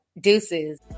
deuces